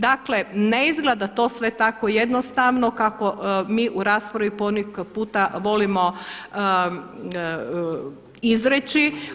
Dakle, ne izgleda to sve tako jednostavno kako mi u raspravu po neki puta volimo izreći.